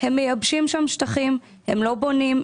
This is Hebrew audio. הם מייבשים שם שטחים ולא בונים.